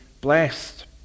blessed